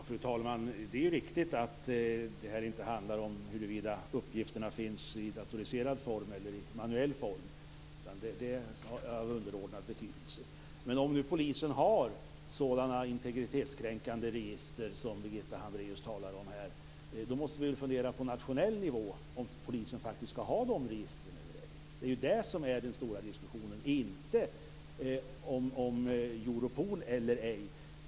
Fru talman! Det är riktigt att det inte handlar om huruvida uppgifterna finns i datoriserad form eller om de kan skötas manuellt. Detta är av underordnad betydelse. Men om polisen har så integritetskränkande register som Birgitta Hambraeus här talar om, måste vi på nationell nivå fundera över om polisen skall ha sådana register eller ej. Det är ju det som är det stora diskussionsämnet. Det stora diskussionsämnet är alltså inte Europol eller ej.